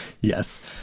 Yes